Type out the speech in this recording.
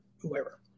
whoever